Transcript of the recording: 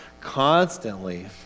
constantly